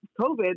COVID